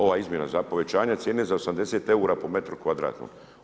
Ova izmjena za povećanje cijene za 80 eura po metru kvadratnom.